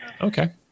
Okay